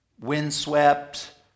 windswept